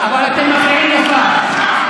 תגן על, אבל אתם מפריעים לשר.